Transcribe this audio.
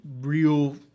real